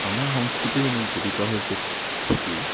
আমাৰ সংস্কৃতিৰ মূল জীৱিকা হৈছে খেতি